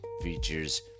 features